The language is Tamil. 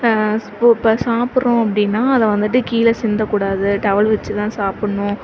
இப்போ சாப்பிட்றோம் அப்படின்னா அதை வந்துவிட்டு கீழே சிந்தக்கூடாது டவல் வச்சு தான் சாப்புடணும்